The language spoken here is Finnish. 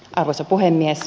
arvoisa puhemies